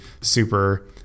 super